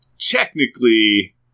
technically